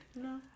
No